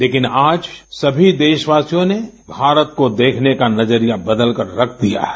लेकिन आज सभी देशवासियों ने भारत को देखने का नजरिया बदलकर रख दिया है